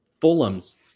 Fulham's